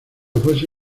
fuese